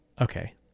okay